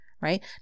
right